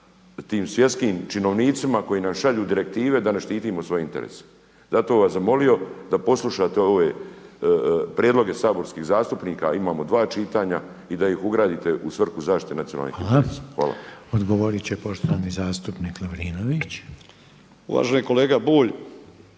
tim svjetskim činovnicima koji nam šalju direktive da ne štitimo svoje interese. Zato bih vas zamolio da poslušate ove prijedloge saborskih zastupnika, imamo dva čitanja i da ih ugradite u svrhu zaštite nacionalnih interesa. Hvala. **Reiner, Željko (HDZ)** Hvala. Odgovorit će poštovani zastupnik Lovrinović. **Lovrinović, Ivan